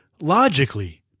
logically